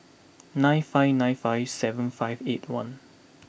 nine five nine five seven five eight one